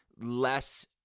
less